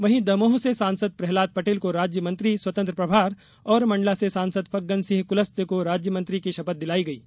वहीं दमोह से सांसद प्रहलाद पटेल को राज्यमंत्री स्वतंत्र प्रभार और मंडला से सांसद फग्गन सिंह कुलस्ते को राज्यमंत्री की शपथ दिलाई गई है